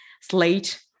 slate